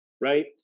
Right